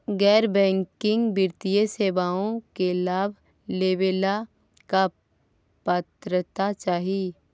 गैर बैंकिंग वित्तीय सेवाओं के लाभ लेवेला का पात्रता चाही?